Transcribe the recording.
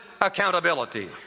accountability